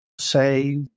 say